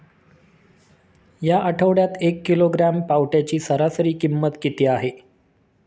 या आठवड्यात एक किलोग्रॅम पावट्याची सरासरी किंमत किती आहे?